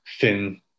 thin